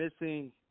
missing